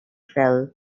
fell